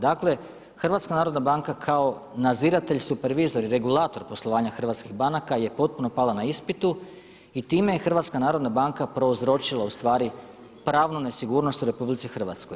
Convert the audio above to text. Dakle, HNB kao nadziratelj, supervizor i regulator poslovanja hrvatskih banaka je potpuno pala na ispitu i time je HNB prouzročila ustvari pravnu nesigurnost u RH.